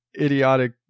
idiotic